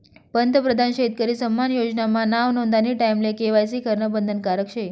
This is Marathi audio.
पंतप्रधान शेतकरी सन्मान योजना मा नाव नोंदानी टाईमले के.वाय.सी करनं बंधनकारक शे